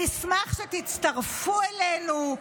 נשמח שתצטרפו אלינו.